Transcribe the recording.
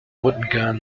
wooden